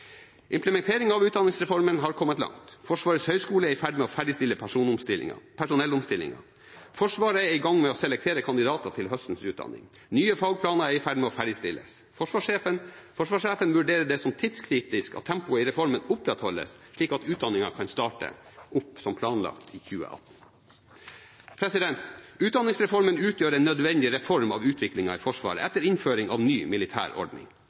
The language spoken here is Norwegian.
av utdanningsreformen har kommet langt. Forsvarets høyskole er i ferd med å ferdigstille personellomstillingen. Forsvaret er i gang med å selektere kandidater til høstens utdanning. Nye fagplaner er i ferd med å ferdigstilles. Forsvarssjefen vurderer det som tidskritisk at tempoet i reformen opprettholdes, slik at utdanningen kan starte opp som planlagt i 2018. Utdanningsreformen utgjør en nødvendig reform av utviklingen i Forsvaret etter innføringen av ny